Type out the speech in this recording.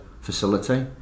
facility